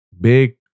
big